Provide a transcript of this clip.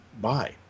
bye